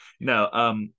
No